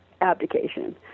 abdication